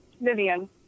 Vivian